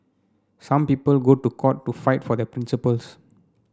some people go to court to fight for their principles